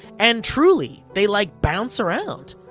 and truly, they like bounce around.